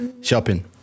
shopping